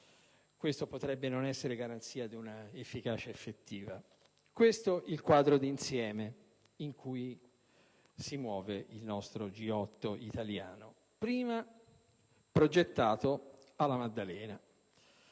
questo potrebbe non essere garanzia di una efficacia effettiva. Questo il quadro di insieme in cui si muove il nostro G8 italiano, prima progettato a La Maddalena.